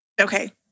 Okay